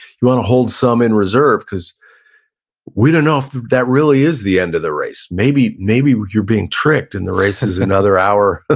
you wanna hold some in reserve, cause we don't know if that really is the end of the race. maybe maybe you're being tricked and the race is another hour, ah